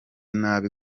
nabi